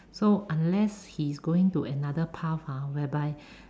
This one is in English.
so unless he's going to another path ha whereby